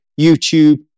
YouTube